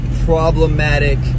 problematic